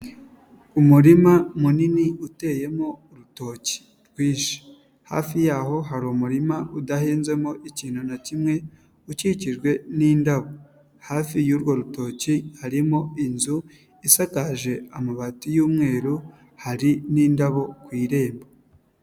Umurima munini uteyemo urutoki rwinshi, hafi yaho hari umurima udahinzemo ikintu na kimwe ukikijwe n'indabo, hafi y'urwo rutoki harimo inzu isakaje amabati y'umweru hari n'indabo ku irembo.